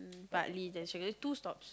Bartley there's only two stops